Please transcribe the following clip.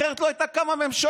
אחרת לא הייתה קמה ממשלה.